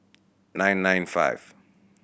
nine nine five